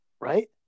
right